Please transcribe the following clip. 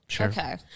Okay